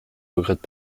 regrette